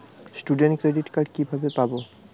Student credit card কিভাবে পাব?